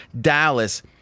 Dallas